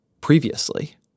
previously